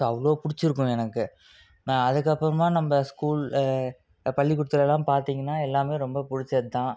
so அவ்வளோ பிடிச்சிருக்கும் எனக்கு நான் அதுக்கப்புறமா நம்ப ஸ்கூலில் பள்ளிக்கூடத்தில்லாம் பார்த்திங்கன்னா எல்லாமே ரொம்ப பிடிச்சது தான்